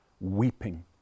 weeping